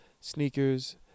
sneakers